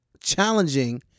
challenging